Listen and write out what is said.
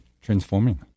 transforming